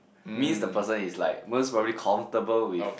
means the person is like most probably comfortable with